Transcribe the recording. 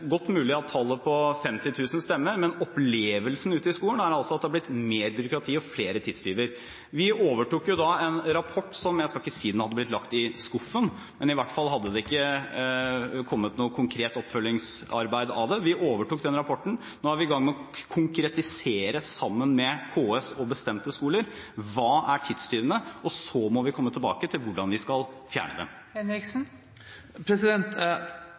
godt mulig at tallet 50 000 stemmer, men opplevelsen ute i skolen er at det har blitt mer byråkrati og flere tidstyver. Vi overtok en rapport – jeg skal ikke si at den hadde blitt lagt i skuffen, men i hvert fall hadde det ikke kommet noe konkret oppfølgingsarbeid av den – og nå er vi i gang sammen med KS og bestemte skoler med å konkretisere hva som er tidstyvene. Så må vi komme tilbake til hvordan vi skal fjerne